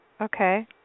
Okay